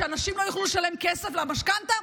שאנשים לא יוכלו לשלם כסף למשכנתה,